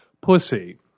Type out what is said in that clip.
pussy